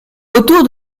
autour